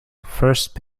first